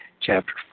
chapter